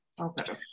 Okay